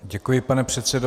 Děkuji, pane předsedo.